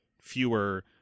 fewer